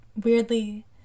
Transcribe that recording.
weirdly